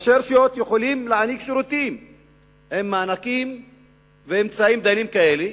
איך ראשי רשויות יכולים להעניק שירותים עם מענקים ואמצעים דלים כאלה?